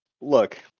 look